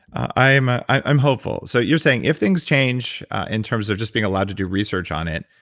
i'm i'm hopeful. so you're saying, if things change in terms of just being allowed to do research on it,